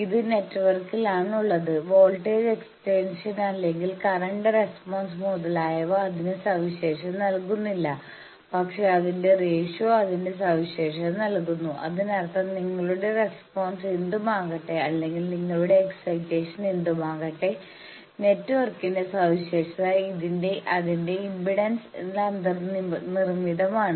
ഇത് നെറ്റ്വർക്കിലാണുള്ളത് voltage excitation അല്ലെങ്കിൽ കറന്റ് റെസ്പോൺസ് മുതലായവയവ അതിന് സവിശേഷത നല്കുന്നില്ല പക്ഷേ അതിന്റെ റേഷിയോ അതിന്റെ സവിശേഷത നൽകുന്നു അതിനർത്ഥം നിങ്ങളുടെ റെസ്പോൺസ് എന്തുമാകട്ടെ അല്ലെങ്കിൽ നിങ്ങളുടെ എക്സൈറ്റേഷൻ എന്തുമാകട്ടെ നെറ്റ്വർക്കിന്റെ സവിശേഷത അതിന്റെ ഇംപെഡൻസിൽ അന്തർനിർമ്മിതമാണ്